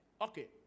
Okay